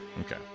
Okay